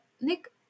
Nick